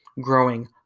growing